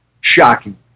Shocking